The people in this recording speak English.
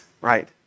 right